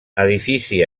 edifici